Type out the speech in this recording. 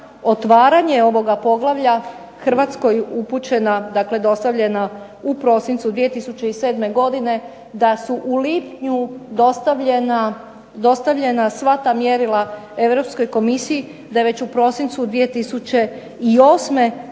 otvaranje ovoga poglavlje Hrvatskoj upućena, dakle dostavljena u prosincu 2007. godine da su u lipnju dostavljena sva ta mjerila Europskoj komisiji, da već u prosincu 2008. iz